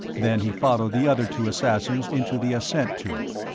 then he followed the other two assassins into the ascent tube.